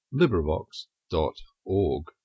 LibriVox.org